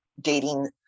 dating